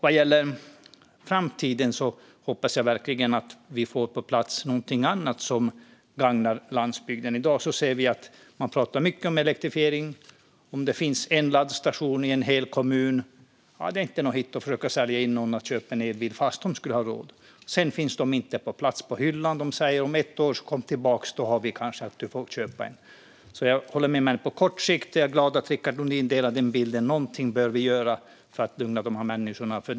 Vad gäller framtiden hoppas jag verkligen att vi får på plats någonting annat som gagnar landsbygden. I dag ser vi att man pratar mycket om elektrifiering. Om det finns en enda laddstation i en hel kommun är det inte någon hit att försöka få någon att köpa en elbil även om personen skulle ha råd. Det finns heller inte bilar på plats på hyllan. De säger: Kom tillbaka om ett år - då har vi kanske en bil som du kan få köpa. På kort sikt är jag glad att Rickard Nordin håller med om bilden. Någonting behöver vi göra för att lugna dessa människor.